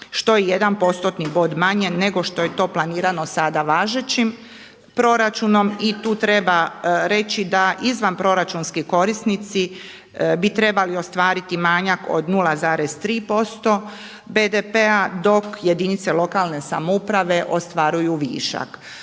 postotni bod manje nego što je to planirano sada važećim proračunom. I tu treba reći da izvanproračunski korisnici bi trebali ostvariti manjak od 0,3% BDP-a dok jedinica lokalne samouprave ostvaruju višak.